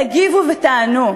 תגיבו ותענו.